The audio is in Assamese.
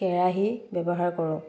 কেৰাহী ব্যৱহাৰ কৰোঁ